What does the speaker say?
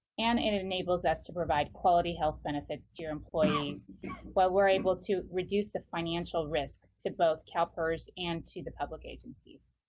and and it enables us to provide a quality health benefits to your employees while we're able to reduce the financial risk to both calpers and to the public agencies.